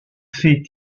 fait